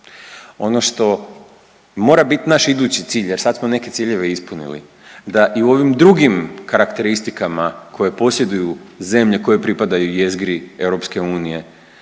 Ono što mora bit naš idući cilj jer sad smo neke ciljeve ispunili, da i u ovim drugim karakteristikama koje posjeduju zemlje koje pripadaju jezgri EU da